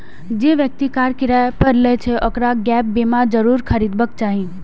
जे व्यक्ति कार किराया पर लै छै, ओकरा गैप बीमा जरूर खरीदबाक चाही